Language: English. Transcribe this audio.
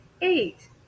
eight